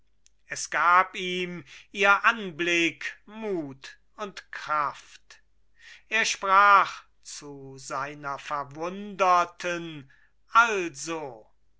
es gab ihm ihr anblick mut und kraft er sprach zu seiner verwunderten